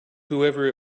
whoever